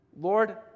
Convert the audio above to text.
Lord